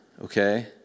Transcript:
okay